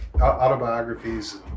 Autobiographies